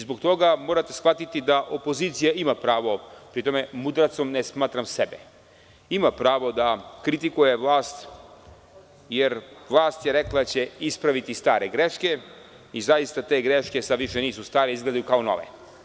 Zbog toga morate shvatiti da opozicija ima pravo, pri tom mudracom ne shvatam sebe, da kritikuje vlast jer vlast je rekla da će ispraviti stare greške i zaista te greške više nisu stare i izgledaju kao nove.